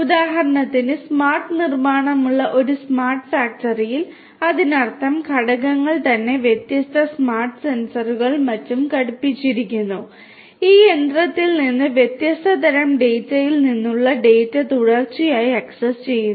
ഉദാഹരണത്തിന് സ്മാർട്ട് നിർമ്മാണമുള്ള ഒരു സ്മാർട്ട് ഫാക്ടറിയിൽ അതിനർത്ഥം ഉപകരണങ്ങൾ തന്നെ വ്യത്യസ്ത സ്മാർട്ട് സെൻസറുകളും മറ്റും ഘടിപ്പിച്ചിരിക്കുന്നു ഈ യന്ത്രത്തിൽ നിന്ന് വ്യത്യസ്ത തരം ഡാറ്റയിൽ നിന്നുള്ള ഡാറ്റ തുടർച്ചയായി ആക്സസ് ചെയ്യുന്നു